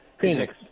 Phoenix